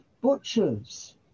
butchers